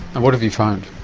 and what have you found?